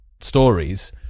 stories